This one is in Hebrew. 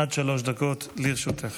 עד שלוש דקות לרשותך.